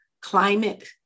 climate